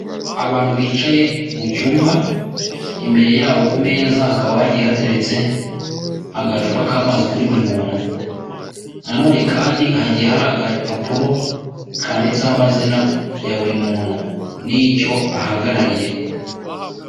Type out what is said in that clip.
Abantu bicaye mu cyumba imbere yabo ku meza hakaba hagiye hateretse agacupa k'amazi kuri buri muntu na none kandi hagiye hari agapapuro kanditseho amazina ya buri muntu n'icyo ahagarariye.